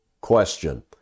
question